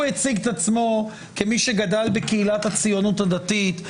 הוא הציג את עצמו כמי שגדל בקהילת הציונות הדתית,